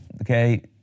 Okay